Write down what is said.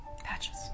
Patches